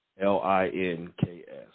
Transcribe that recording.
L-I-N-K-S